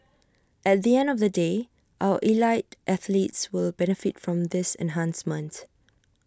at the end of the day our elite athletes will benefit from this enhancement